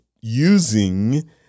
using